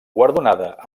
guardonada